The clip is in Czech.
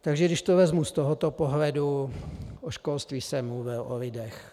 Takže když to vezmu z tohoto pohledu o školství jsem mluvil, o lidech.